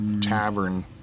Tavern